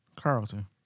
Carlton